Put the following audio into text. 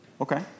Okay